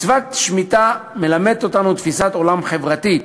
מצוות שמיטה מלמדת אותנו תפיסת עולם חברתית,